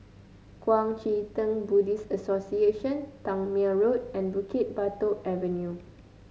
Kuang Chee Tng Buddhist Association Tangmere Road and Bukit Batok Avenue